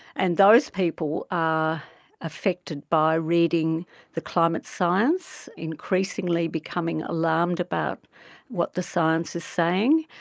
and those people are affected by reading the climate science, increasingly becoming alarmed about what the science is saying,